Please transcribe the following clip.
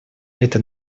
эта